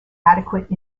adequate